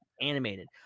animated